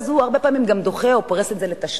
אז הוא הרבה פעמים גם דוחה או פורס את זה לתשלומים.